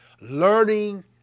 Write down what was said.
Learning